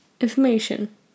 information